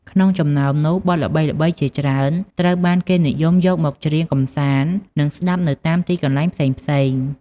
ក្នុងចំណោមនោះ បទល្បីៗជាច្រើនត្រូវបានគេនិយមយកមកច្រៀងកម្សាន្ត និងស្តាប់នៅតាមទីកន្លែងផ្សេងៗ។